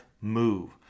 move